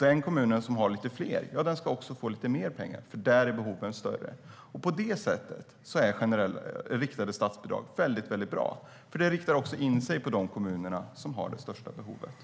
Den kommun som har lite fler ska också få mer pengar, eftersom behoven är större där. På det sättet är riktade statsbidrag väldigt bra. De riktar in sig på de kommuner som har de största behoven.